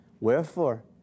Wherefore